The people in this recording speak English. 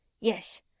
Yes